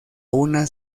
una